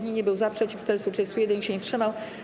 Nikt nie był za, przeciw - 431, nikt się nie wstrzymał.